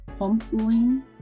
homeschooling